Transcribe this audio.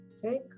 Take